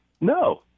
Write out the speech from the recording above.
No